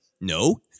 no